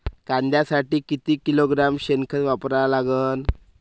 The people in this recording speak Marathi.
कांद्यासाठी किती किलोग्रॅम शेनखत वापरा लागन?